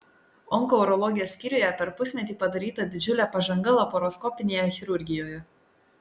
onkourologijos skyriuje per pusmetį padaryta didžiulė pažanga laparoskopinėje chirurgijoje